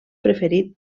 preferit